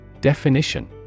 Definition